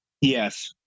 yes